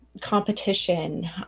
competition